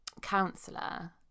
counselor